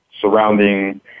surrounding